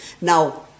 Now